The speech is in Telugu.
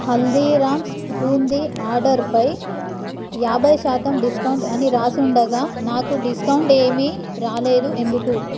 హల్దీరామ్స్ బూందీ ఆర్డరుపై యాభై శాతం డిస్కౌంట్ అని రాసి ఉండగా నాకు డిస్కౌంట్ ఏమీ రాలేదు ఎందుకు